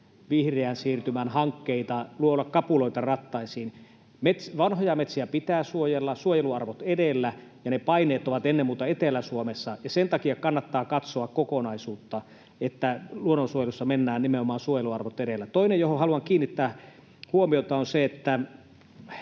vihreän siirtymän hankkeille luoda kapuloita rattaisiin. Vanhoja metsiä pitää suojella suojeluarvot edellä, ja ne paineet ovat ennen muuta Etelä-Suomessa. Sen takia kannattaa katsoa kokonaisuutta, että luonnonsuojelussa mennään nimenomaan suojeluarvot edellä. Toinen, johon haluan kiinnittää huomiota, on se, että